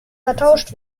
vertauscht